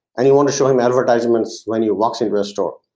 anyone showing the advertisements when you walk into a store.